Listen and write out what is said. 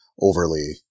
overly